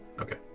Okay